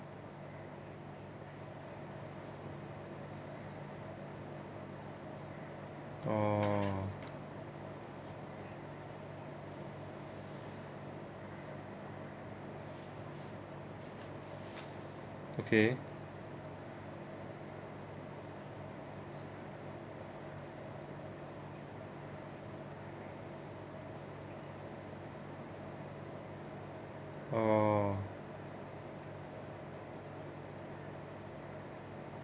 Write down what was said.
oh okay oh